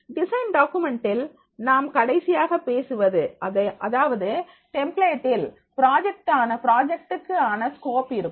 design டாகுமெண்ட்டில் நாம் கடைசியாக பேசுவது அதாவது டெம்ப்ளேட்டில் ப்ராஜெக்ட்கான ஸ்கோப் இருக்கும்